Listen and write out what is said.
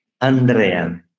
Andrea